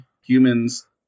humans